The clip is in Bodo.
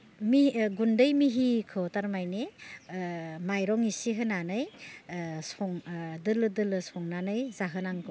गुन्दै मिहिखौ थारमाने माइरं एसे होनानै दोलो दोलो संनानै जाहोनांगौ